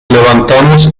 levantamos